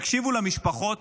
הקשיבו למשפחות,